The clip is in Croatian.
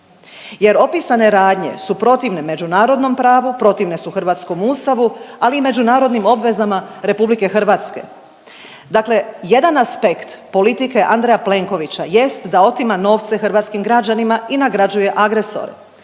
Jer opisane radnje su protivne međunarodnom pravu, protivne su hrvatskom Ustavu, ali i međunarodnim obvezama RH. Dakle, jedan aspekt politike Andreja Plenkovića jest da otima novce hrvatskim građanima i nagrađuje agresore.